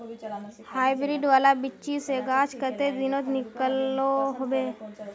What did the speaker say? Hybrid वाला बिच्ची से गाछ कते दिनोत निकलो होबे?